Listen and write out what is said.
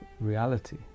reality